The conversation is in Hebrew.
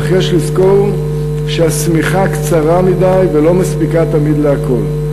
אך יש לזכור שהשמיכה קצרה מדי ולא מספיקה תמיד לכול.